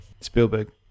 Spielberg